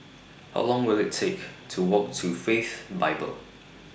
How Long Will IT Take to Walk to Faith Bible